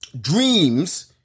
dreams